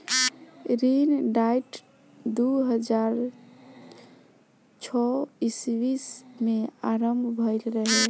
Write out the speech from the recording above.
ऋण डाइट दू हज़ार छौ ईस्वी में आरंभ भईल रहे